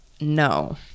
no